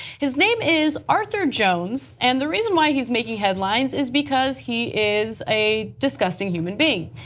his name is arthur jones and the reason why he is making headlines is because he is a disgusting human being.